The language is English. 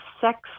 sex